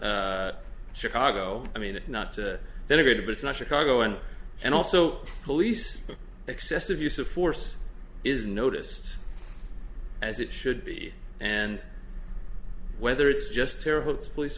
not chicago i mean not to denigrate it but it's not chicago and and also police excessive use of force is noticed as it should be and whether it's just terrible to police